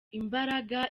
imbaraga